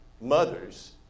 mothers